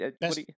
best